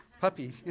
puppy